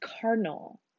cardinal